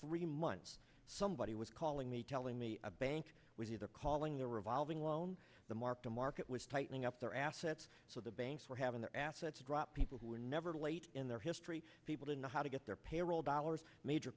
three months somebody was calling me telling me a bank was either calling the revolving loan the mark to market was tightening up their assets so the banks were having their assets drop people who were never late in their history people to know how to get their payroll dollars major